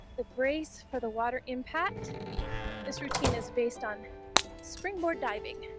the brace for the water impact this routine is based on springboard diving